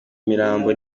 imirambo